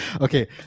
Okay